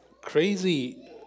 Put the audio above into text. crazy